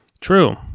True